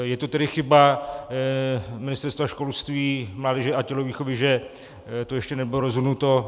Je to tedy chyba Ministerstva školství, mládeže a tělovýchovy, že to ještě nebylo rozhodnuto?